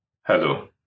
Hello